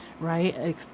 Right